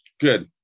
good